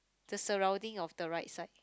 the surrounding of the right side